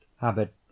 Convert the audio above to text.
habit